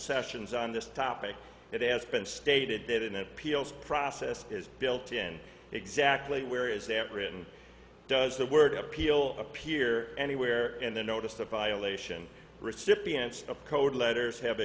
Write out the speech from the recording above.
sessions on this topic it has been stated that an appeals process is built in exactly where is that written does the word appeal appear anywhere in the notice the violation recipients of code letters ha